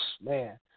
man